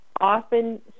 often